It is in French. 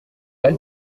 mal